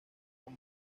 con